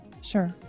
Sure